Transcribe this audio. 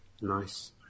Nice